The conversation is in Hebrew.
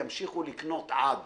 ימשיכו לקנות עד